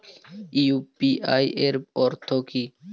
UPI এর অর্থ কি?